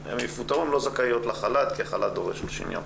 הסייעות יפוטרו והן לא יהיו זכאיות לחל"ת כי החל"ת דורש 30 יום.